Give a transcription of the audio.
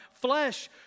flesh